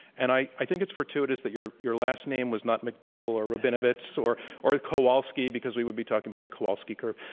and i i think it's fortuitous that your your last name was not mcdougal or rabinowitz, or or kowalski because we would be talking about the kowalski curve.